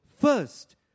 first